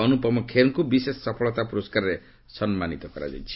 ଅନୁପମ୍ ଖେର୍ଙ୍କୁ ବିଶେଷ ସଫଳତା ପ୍ରରସ୍କାରରେ ସମ୍ମାନିତ କରାଯାଇଛି